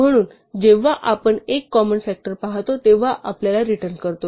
म्हणून जेव्हा आपण एक कॉमन फ़ॅक्टर पहातो तेव्हाच आपण रिटर्न करतो